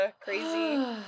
crazy